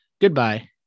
goodbye